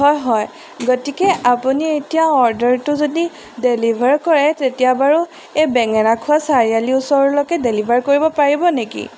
হয় হয় গতিকে আপুনি এতিয়া অৰ্ডাৰটো যদি ডেলিভাৰ কৰে তেতিয়া বাৰু এই বেঙেনা খোৱা চাৰিআলি ওচৰলৈকে ডেলিভাৰ কৰিব পাৰিব নেকি